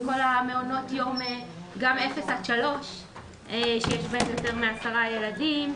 מעונות יום 0 3 שיש בהם יותר מעשרה ילדים.